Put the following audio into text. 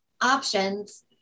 options